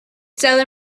stellar